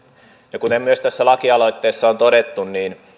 ja kuten myös tässä lakialoitteessa on todettu